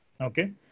okay